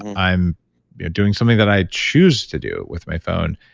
i'm doing something that i choose to do with my phone.